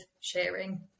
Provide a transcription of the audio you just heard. sharing